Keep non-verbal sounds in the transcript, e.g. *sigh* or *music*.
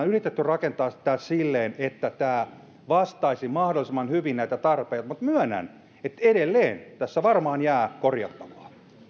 *unintelligible* yritetty rakentaa tämä silleen että tämä vastaisi mahdollisimman hyvin näitä tarpeita mutta myönnän että edelleen tässä varmaan jää korjattavaa